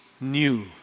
new